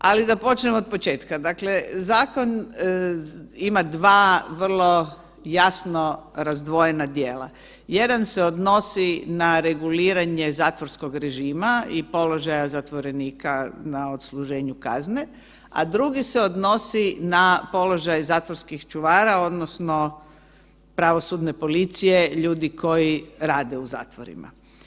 Ali da počnem od početka, dakle zakon ima dva vrlo jasno razdvojena dijela, jedan se odnosi na reguliranje zatvorskog režima i položaja zatvorenika na odsluženju kazne, a drugi se odnosi na položaj zatvorskih čuvara odnosno pravosudne policije, ljudi koji rade u zatvorima.